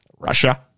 Russia